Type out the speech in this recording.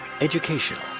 educational